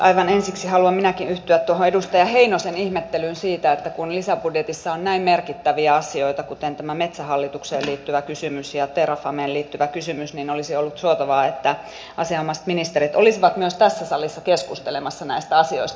aivan ensiksi haluan minäkin yhtyä tuohon edustaja heinosen ihmettelyyn siitä kun lisäbudjetissa on näin merkittäviä asioita kuin tämä metsähallitukseen liittyvä kysymys ja terrafameen liittyvä kysymys että olisi ollut suotavaa että asianomaiset ministerit olisivat myös tässä salissa keskustelemassa näistä asioista